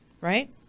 right